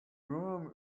room